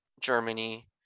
germany